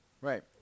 right